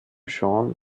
sean